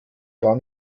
gar